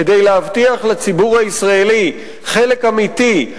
כדי להבטיח לציבור הישראלי חלק אמיתי,